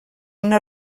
una